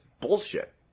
bullshit